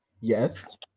Yes